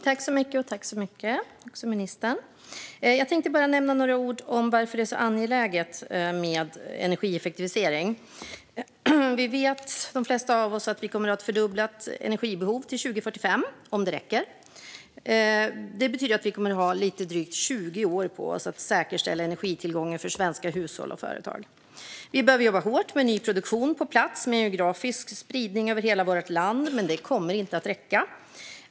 Fru talman! Jag tänkte nämna något om varför det är så angeläget med energieffektivisering. De flesta av oss vet att vi kommer att ha ett fördubblat energibehov till 2045 - om det räcker. Det betyder att vi har lite drygt 20 år på oss att säkerställa energitillgången för svenska hushåll och företag. Vi behöver jobba hårt med att få ny produktion på plats med geografisk spridning över hela vårt land, men det kommer inte att räcka.